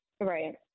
Right